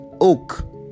oak